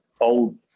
old